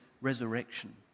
resurrection